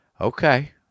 Okay